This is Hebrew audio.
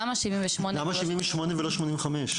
למה 78 ולא 85?